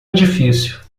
edifício